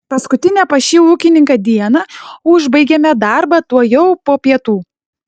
paskutinę pas šį ūkininką dieną užbaigėme darbą tuojau po pietų